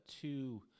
two